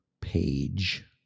page